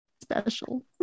special